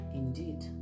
indeed